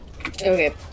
Okay